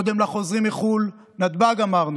קודם החוזרים מחו"ל, נתב"ג, אמרנו,